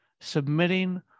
submitting